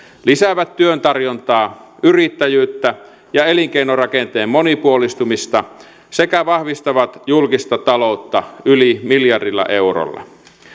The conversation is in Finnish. lisäävät työn tarjontaa yrittäjyyttä ja elinkeinorakenteen monipuolistumista sekä vahvistavat julkista taloutta yli miljardilla eurolla